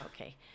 Okay